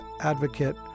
advocate